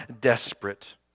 desperate